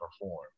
perform